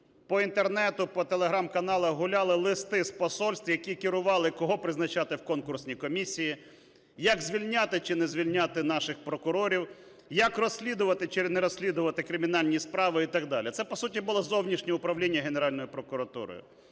По Інтернету, по Telegram-каналах гуляли листи з посольств, які керували, кого призначати в конкурсні комісії, як звільняти чи не звільняти наших прокурорів, як розслідувати чи не розслідувати кримінальні справи і так далі. Це, по суті, було зовнішнє управління Генеральною прокуратурою.